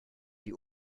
die